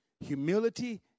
Humility